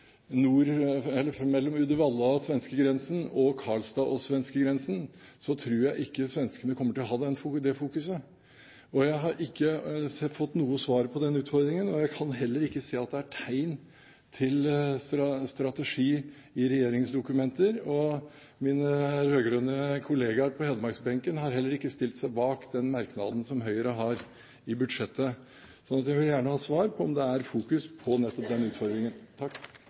mellom Uddevalla og svenskegrensen og Karlstad og svenskegrensen, tror jeg ikke svenskene kommer til å ha det fokuset. Jeg har ikke fått noe svar på den utfordringen. Jeg kan heller ikke se at det er tegn til strategi i regjeringens dokumenter. Mine rød-grønne kollegaer på hedmarksbenken har heller ikke stilt seg bak den merknaden som Høyre har til budsjettet. Vi vil gjerne ha svar på om det er fokus på nettopp den utfordringen.